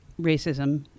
racism